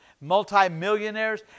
multimillionaires